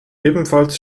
ebenfalls